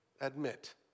admit